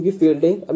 fielding